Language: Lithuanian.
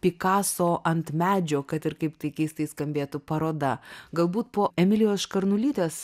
pikaso ant medžio kad ir kaip tai keistai skambėtų paroda galbūt po emilijos škarnulytės